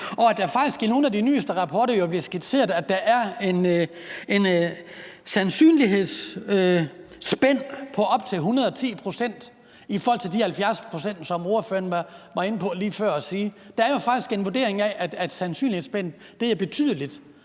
og at det faktisk i nogle af de nyeste rapporter jo bliver skitseret, at der er et sandsynlighedsspænd på op til 110 pct. i forhold til de 70 pct., som ordføreren var inde på lige før. Der er jo faktisk den vurdering, at sandsynlighedsspændet er betydeligt.